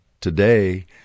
today